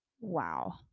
Wow